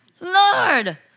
Lord